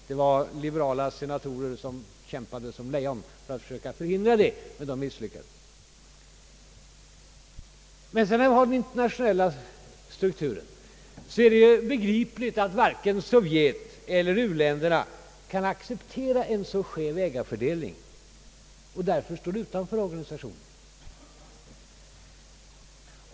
Några liberala senatorer kämpade såsom lejon för att söka förhindra det men misslyckades. Med tanke på Intelsats struktur är det begripligt, att varken Sovjet eller uländerna kan acceptera en så skev ägarfördelning och därför står utanför organisationen.